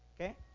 Okay